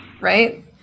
right